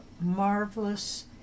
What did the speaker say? marvelous